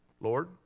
Lord